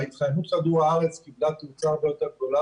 התחממות כדור הארץ קיבלה תאוצה הרבה יותר גדולה